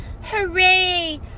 Hooray